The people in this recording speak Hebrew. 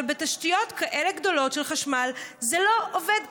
אבל בתשתיות כאלה גדולות של חשמל זה לא עובד ככה.